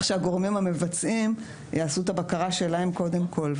שהגורמים המבצעים יעשו את הבקרה שלהם קודם כול,